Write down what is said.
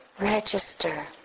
register